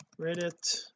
reddit